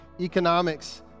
economics